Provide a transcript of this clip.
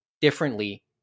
differently